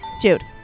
Jude